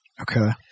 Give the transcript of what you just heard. Okay